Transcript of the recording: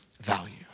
value